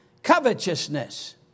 Covetousness